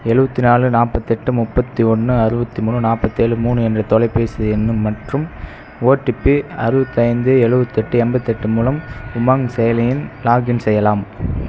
எழுவத்தி நாலு நாற்பத்தெட்டு முப்பத்தி ஒன்று அறுபத்தி மூணு நாப்பத்தேழு மூணு என்ற தொலைபேசி எண் மற்றும் ஒடிபி அறுபத்தி ஐந்து எழுவத்தெட்டு எண்பத்தெட்டு மூலம் யூமாங் செயலியில் லாக்இன் செய்யலாம்